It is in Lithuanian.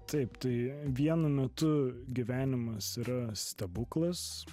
taip tai vienu metu gyvenimas ras stebuklas